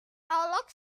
alexis